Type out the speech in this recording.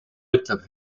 ütleb